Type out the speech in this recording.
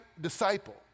disciple